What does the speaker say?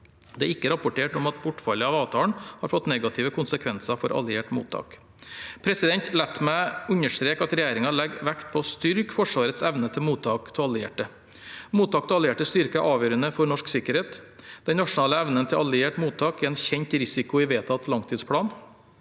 Det er ikke rapportert om at bortfallet av avtalen har fått negative konsekvenser for alliert mottak. La meg understreke at regjeringen legger vekt på å styrke Forsvarets evne til mottak av allierte. Mottak av allierte styrker er avgjørende for norsk sikkerhet. Den nasjonale evnen til alliert mottak er en kjent risiko i vedtatt langtidsplan,